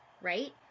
right